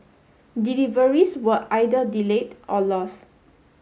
deliveries were either delayed or lost